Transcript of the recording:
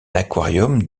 aquarium